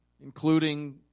including